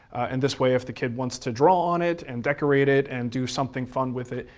and this way if the kid wants to draw on it and decorate it and do something fun with it,